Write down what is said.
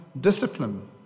discipline